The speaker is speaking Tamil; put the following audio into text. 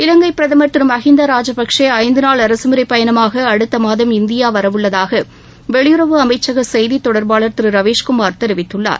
இலங்கை பிரதம் திரு மகிந்தா ராஜபக்சே ஐந்து நாள் அரசுமுறைப் பயணமாக அடுத்த மாதம் இந்தியா வரவுள்ளதாக வெளியுறவு அமைச்சக செய்தி தொடர்பாளர் திரு ரவீஸ் குமார் தெரிவித்துள்ளார்